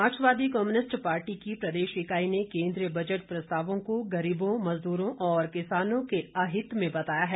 मार्क्सवादी communist party की प्रदेश इकाई ने केन्द्रीय बजट प्रस्तावों को गरीबों मजदूरों और किसानों के अहित में बताया है